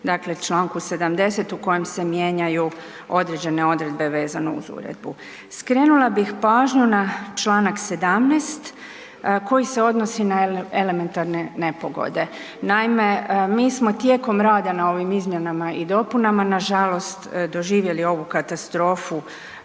dakle čl. 70. u kojem se mijenjaju određene odredbe vezano uz uredbu. Skrenula bih pažnju na čl. 17. koji se odnosi na elementarne nepogode. Naime, mi smo tijekom rada na ovim izmjenama i dopunama, nažalost, doživjeli ovu katastrofu